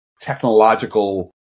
technological